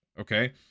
okay